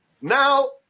Now